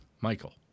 Michael